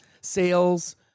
sales